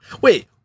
Wait